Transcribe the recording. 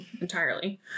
entirely